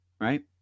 right